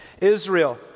Israel